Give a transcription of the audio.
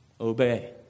obey